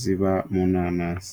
ziba mu nanasi.